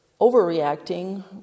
overreacting